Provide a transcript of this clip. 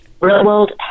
real-world